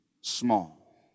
small